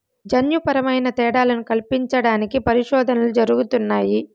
జన్యుపరమైన తేడాలను కల్పించడానికి పరిశోధనలు జరుగుతున్నాయి